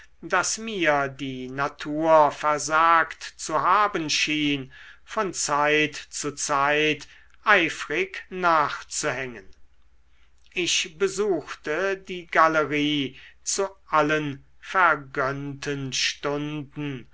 das mir die natur versagt zu haben schien von zeit zu zeit eifrig nachzuhängen ich besuchte die galerie zu allen vergönnten stunden